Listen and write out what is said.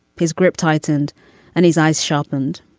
his grip tightened and his eyes sharpened.